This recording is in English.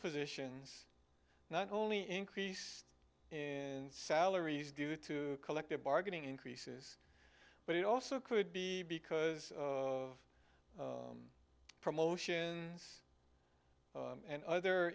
positions not only increase in salaries due to collective bargaining increases but it also could be because of promotions and other